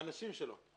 האנשים שלו.